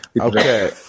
Okay